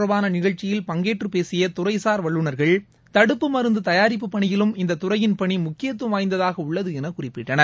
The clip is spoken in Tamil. தொடர்பானநிகழ்ச்சியில் பங்கேற்றபேசியதுறைசார் இந்தநிறுவனநாள் வல்லநர்கள் தடுப்பு மருந்துதயாரிப்பு பனியிலும் இந்ததுறையின் பணிமுக்கியத்துவம் வாய்ந்ததாகஉள்ளதஎனகுறிப்பிட்டனர்